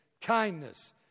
kindness